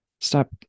Stop